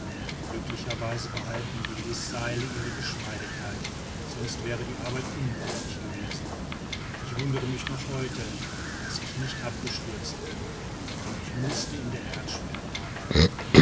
glücklicherweise behalten die lisseile ihre geschmeidigkeit sonst wäre die arbeit unmöglich gewesen ich wundere mich noch heute daß ich nicht abgestürzt bin denn ich mußte in der erdschwere arbeiten